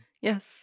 Yes